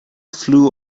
flew